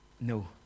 No